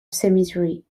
cemetery